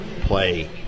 play